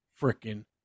freaking